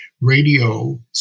radio